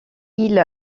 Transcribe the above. ils